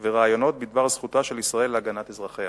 וראיונות בדבר זכותה של ישראל להגנת אזרחיה,